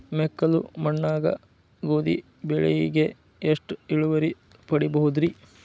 ಮೆಕ್ಕಲು ಮಣ್ಣಾಗ ಗೋಧಿ ಬೆಳಿಗೆ ಎಷ್ಟ ಇಳುವರಿ ಪಡಿಬಹುದ್ರಿ?